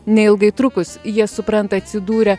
neilgai trukus jie supranta atsidūrę